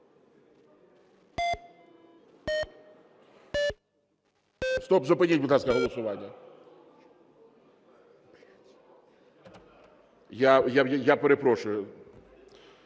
Стоп! Зупиніть, будь ласка, голосування. Я перепрошую.